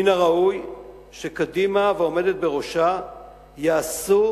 מן הראוי שקדימה והעומדת בראשה יעשו